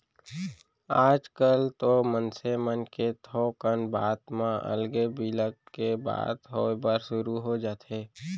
आजकल तो मनसे मन के थोकन बात म अलगे बिलग के बात होय बर सुरू हो जाथे